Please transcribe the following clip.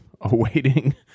awaiting